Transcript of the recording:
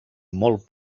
molt